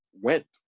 went